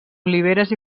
oliveres